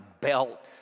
belt